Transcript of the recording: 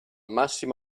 massima